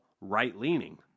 right-leaning